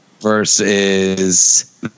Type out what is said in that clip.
Versus